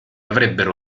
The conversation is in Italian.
avrebbero